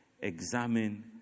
Examine